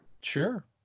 Sure